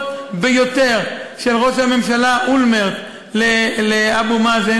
ביותר של ראש הממשלה אולמרט לאבו מאזן,